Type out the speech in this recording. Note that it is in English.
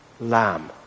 lamb